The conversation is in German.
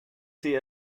sie